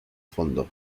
fondo